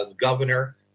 governor